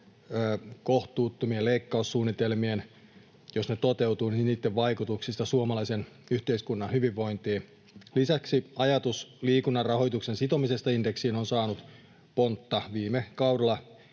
kohtuuttomien leikkaussuunnitelmien — jos ne toteutuvat — vaikutuksista suomalaisen yhteiskunnan hyvinvointiin. Lisäksi ajatus liikunnan rahoituksen sitomisesta indeksiin on saanut pontta viime kaudella